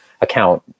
account